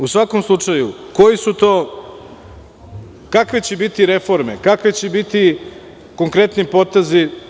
U svakom slučaju, kakve će biti reforme, kakvi će biti konkretni potezi?